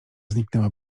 zniknęła